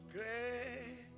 Great